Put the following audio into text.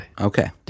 okay